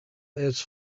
its